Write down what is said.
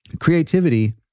creativity